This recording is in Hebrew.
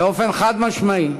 באופן חד-משמעי: